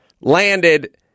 landed